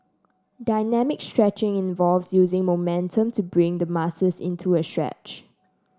dynamic stretching involves using momentum to bring the muscles into a stretch